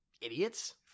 idiots